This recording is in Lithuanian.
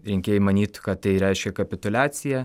rinkėjai manytų kad tai reiškia kapituliaciją